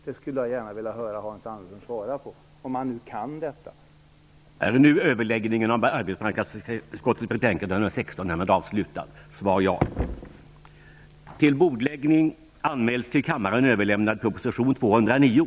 Det skulle jag gärna vilja höra Hans Anderssons svar på, om han nu kan svara på det.